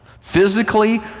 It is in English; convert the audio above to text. Physically